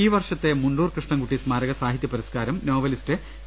ഈ വർഷത്തെ മുണ്ടൂർ കൃഷ്ണൻകുട്ടി സ്മാരക സാഹിത്യ പുരസ് കാരം നോവലിസ്റ്റ് ടി